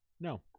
No